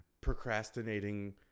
procrastinating